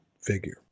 figure